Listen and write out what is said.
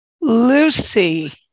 Lucy